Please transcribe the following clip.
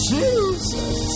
Jesus